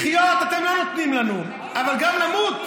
לחיות אתם לא נותנים לנו, אבל גם למות?